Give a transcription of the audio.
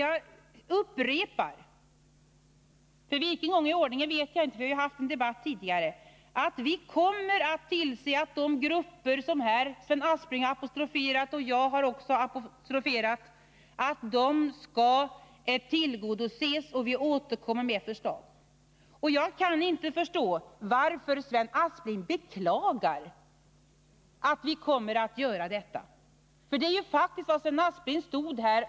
Jag upprepar -— för vilken gång i ordningen vet jag inte; vi har haft en debatt om detta tidigare — att vi kommer att se till att de gruppers intressen som Sven Aspling och jag här har apostroferat skall tillgodoses. Vi återkommer med förslag. Jag kan inte förstå varför Sven Aspling beklagar att vi kommer att göra det — det var faktiskt vad Sven Aspling nyss sade.